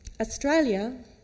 Australia